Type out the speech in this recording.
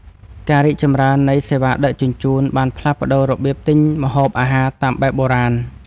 ការរីកចម្រើននៃសេវាដឹកជញ្ជូន បានផ្លាស់ប្តូររបៀបទិញម្ហូបអាហារតាមបែបបុរាណ។